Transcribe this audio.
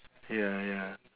ya ya